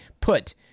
put